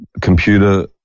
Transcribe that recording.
computer